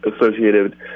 associated